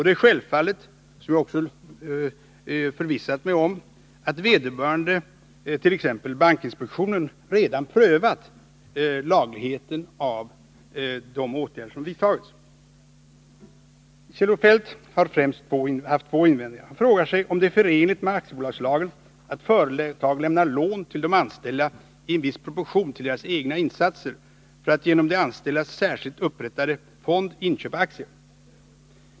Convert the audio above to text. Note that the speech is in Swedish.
Det är självfallet, vilket jag också förvissat mig om, att vederbörande organ, t.ex. bankinspektionen, redan prövat lagligheten av de åtgärder som vidtagits. Kjell-Olof Feldt har främst haft två invändningar. Han frågar sig om det är förenligt med aktiebolagslagen att företag lämnar lån till de anställda i en viss proportion till deras egna insatser för att genom de anställdas särskilt upprättade fond inköpa aktier.